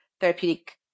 therapeutic